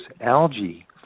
algae